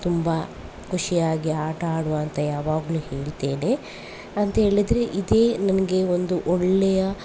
ತುಂಬ ಖುಷಿಯಾಗಿ ಆಟ ಆಡುವ ಅಂತ ಯಾವಾಗಲೂ ಹೇಳ್ತೇನೆ ಅಂತ ಹೇಳಿದರೆ ಇದೇ ನನಗೆ ಒಂದು ಒಳ್ಳೆಯ